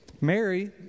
Mary